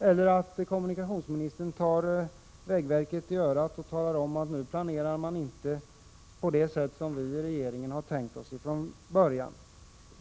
eller genom att kommunikationsministern tar vägverket i örat och talar om att man nu inte planerar på det sätt som regeringen hade tänkt sig från början.